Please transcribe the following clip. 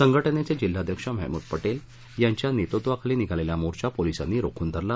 संघटनेचे जिल्हाध्यक्ष महमूद पटेल यांच्या नेतृत्वाखाली निघालेला मोर्चा पोलिसांनी रोखून धरला